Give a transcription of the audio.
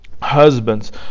Husbands